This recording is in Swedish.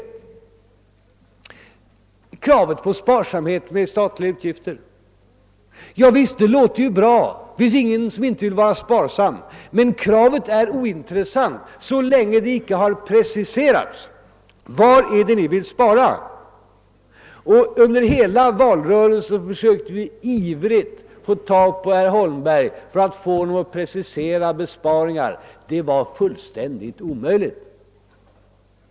Visst låter kravet på sparsamhet med statliga utgifter mycket bra. Det finns ingen som inte vill vara sparsam. Men det kravet är ointressant, så länge det inte har preciserats. Vad är det ni vill spara? Under hela valrörelsen försökte vi ivrigt att få kontakt med herr Holmberg för att få honom att precisera besparingarna, men det var omöjligt.